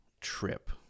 trip